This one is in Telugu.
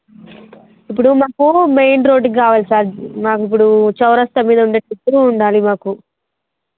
ఇప్పుడు మాకు మెయిన్ రోడ్డుకి కావాలి సార్ మాకిప్పుడు చౌరస్తా మీద ఉండే షిప్పులో ఉండాలి మాకు